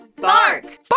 Bark